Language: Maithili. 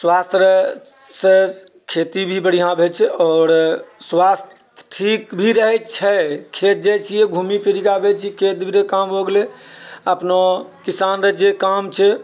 स्वास्थ्य रऽ सँ खेती भी बढ़िआँ होइत छै आओर स्वास्थ्य ठीक भी रहैत छै खेत जाइ छिऐ घुमि फिरके आबैत छी खेत रऽभी काम भए गेलै अपनो किसान रऽजे काम छै